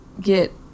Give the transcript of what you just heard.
get